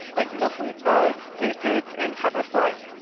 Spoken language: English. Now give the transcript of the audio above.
like milkweed bugs, aphids, and hover flies.